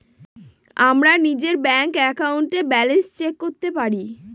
আমরা নিজের ব্যাঙ্ক একাউন্টে ব্যালান্স চেক করতে পারি